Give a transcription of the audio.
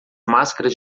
máscaras